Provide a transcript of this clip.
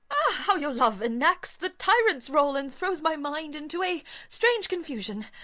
how your love enacts the tyrant's role, and throws my mind into a strange confusion!